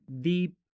deep